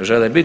žele biti.